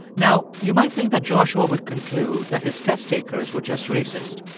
now, you might think that joshua would conclude that his test takers were just racist.